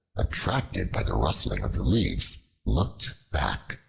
attracted by the rustling of the leaves, looked back,